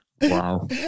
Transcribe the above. Wow